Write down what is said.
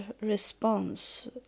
response